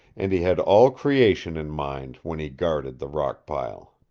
and he had all creation in mind when he guarded the rock-pile.